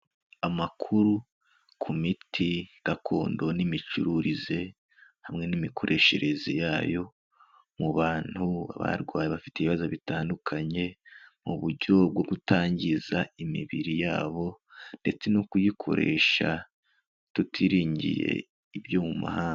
Amakuru ku miti gakondo n'imicururize hamwe n'imikoreshereze yayo, mu bantu barwaye bafite ibibazo bitandukanye, mu buryo bwo kutangiza imibiri yabo ndetse no kuyikoresha tutiringiye ibyo mu mahanga.